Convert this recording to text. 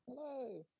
Hello